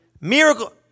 Miracle